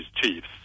chiefs